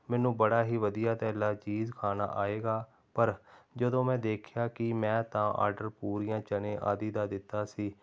ਮੈਨੂੰ ਬੜਾ ਹੀ ਵਧੀਆ ਅਤੇ ਲਜ਼ੀਜ ਖਾਣਾ ਆਏਗਾ ਪਰ ਜਦੋਂ ਮੈਂ ਦੇਖਿਆ ਕਿ ਮੈਂ ਤਾਂ ਆਰਡਰ ਪੂਰੀਆਂ ਚਨੇ ਆਦਿ ਦਾ ਦਿੱਤਾ ਸੀ